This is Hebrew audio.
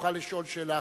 ותוכל לשאול שאלה אחרת?